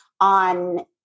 on